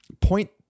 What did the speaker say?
point